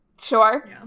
Sure